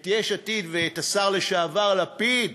את יש עתיד ואת השר לשעבר לפיד: